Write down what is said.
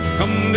Come